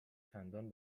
چندان